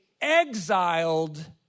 exiled